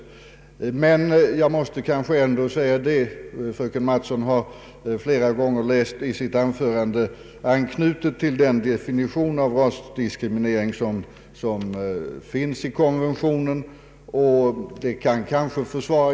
Fröken Mattson har i sitt anförande flera gånger anknutit till den definition av ordet ”rasdiskriminering” som finns i konventionen.